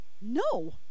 No